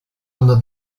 under